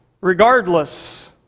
regardless